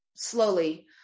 slowly